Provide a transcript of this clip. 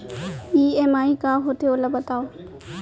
EMI का होथे, ओला बतावव